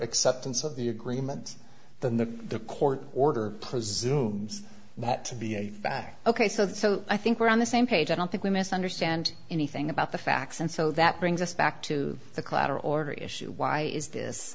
acceptance of the agreement then the the court order presumes that to be a fact ok so the so i think we're on the same page i don't think we misunderstand anything about the facts and so that brings us back to the clatter order issue why is this